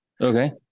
okay